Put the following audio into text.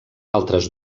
altres